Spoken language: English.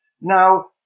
now